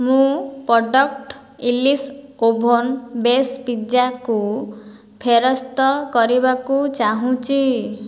ମୁଁ product English oven base ପିଜ୍ଜାକୁ ଫେରସ୍ତ କରିବାକୁ ଚାହୁଁଛି